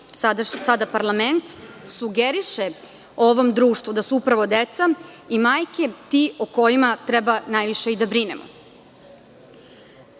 sada parlament sugeriše ovom društvu da su upravo deca i majke ti o kojima treba najviše i da brinemo.